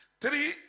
Three